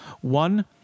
One